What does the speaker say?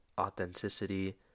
authenticity